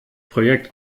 projekt